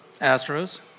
Astros